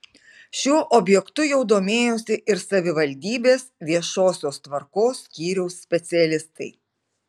šiuo objektu jau domėjosi ir savivaldybės viešosios tvarkos skyriaus specialistai